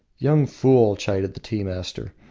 young fool, chided the tea-master,